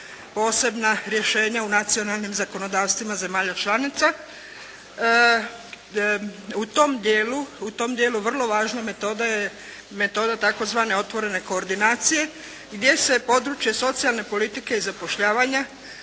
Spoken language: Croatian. posebna rješenja u nacionalnim zakonodavstvima zemalja članica. U tom dijelu vrlo važna metoda je metoda tzv. otvorene koordinacije gdje se područje socijalne politike i zapošljavanja,